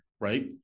Right